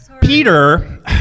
Peter